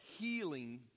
healing